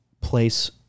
place